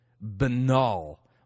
banal